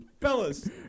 fellas